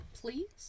please